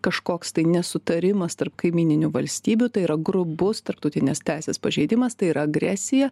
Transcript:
kažkoks tai nesutarimas tarp kaimyninių valstybių tai yra grubus tarptautinės teisės pažeidimas tai yra agresija